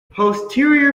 posterior